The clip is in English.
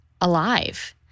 alive